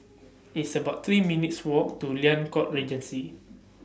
It's about three minutes' Walk to Liang Court Regency